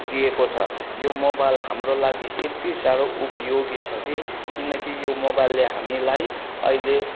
दिएको छ यो मोबाइल हाम्रो लागि यति साह्रो उपयोगी छ कि किनकि यो मोबाइलले हामीलाई अहिले